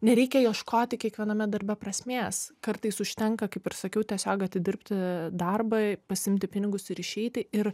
nereikia ieškoti kiekviename darbe prasmės kartais užtenka kaip ir sakiau tiesiog atidirbti darbą pasiimti pinigus ir išeiti ir